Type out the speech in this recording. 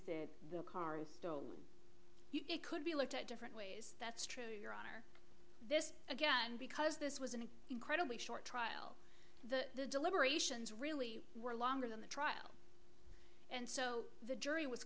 said the car was stolen it could be looked at different ways that's true your honor this again because this was an incredibly short trial the deliberations really were longer than the trial and so the jury was